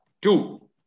two